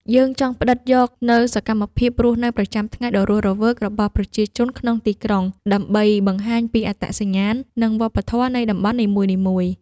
យើងចង់ផ្ដិតយកនូវសកម្មភាពរស់នៅប្រចាំថ្ងៃដ៏រស់រវើករបស់ប្រជាជនក្នុងទីក្រុង ដើម្បីបង្ហាញពីអត្តសញ្ញាណ និងវប្បធម៌នៃតំបន់នីមួយៗ។